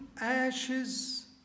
ashes